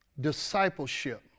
discipleship